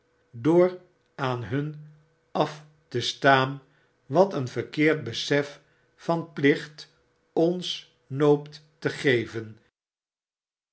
door aan hun ar te staan wat een verkeerd besef van plicht ons noopt te geven